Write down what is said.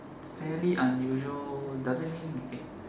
very unusual does it mean eh